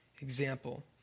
example